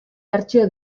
bertsio